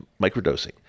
microdosing